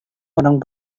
orang